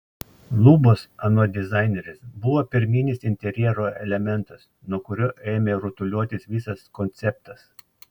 lubos anot dizainerės buvo pirminis interjero elementas nuo kurio ėmė rutuliotis visas konceptas